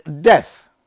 death